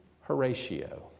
Horatio